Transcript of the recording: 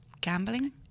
gambling